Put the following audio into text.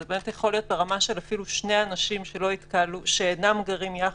זה יכול להיות ברמה אפילו של שני אנשים שאינם גרים יחד,